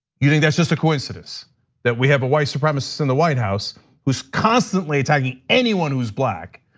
you think that's just a coincidence that we have a white supremacist in the white house who's constantly attacking anyone who's black,